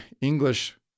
English